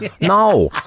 No